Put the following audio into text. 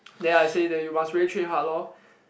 then I say that you must really train hard lor